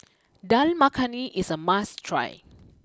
Dal Makhani is a must try